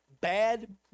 bad